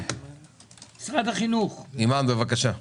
ממשרד החינוך אני רוצה תשובה.